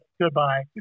goodbye